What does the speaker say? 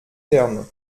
thermes